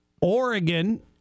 Oregon